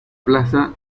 plaza